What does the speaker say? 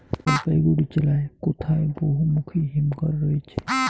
জলপাইগুড়ি জেলায় কোথায় বহুমুখী হিমঘর রয়েছে?